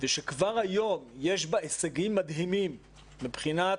כבר היום יש בטכנולוגיה הזו הישגים מדהימים מבחינת